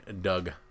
Doug